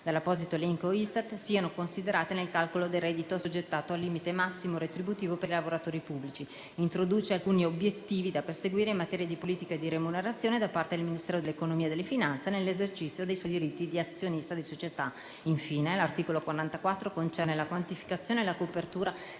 dell'apposito elenco ISTAT, siano considerati nel calcolo del reddito assoggettato al limite massimo retributivo per i lavoratori pubblici. Introduce alcuni obiettivi da perseguire in materia di politica di remunerazione, da parte del Ministero dell'economia e delle finanze, nell'esercizio dei suoi diritti di azionista di società. L'articolo 44 concerne la quantificazione e la copertura